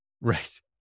Right